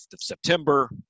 September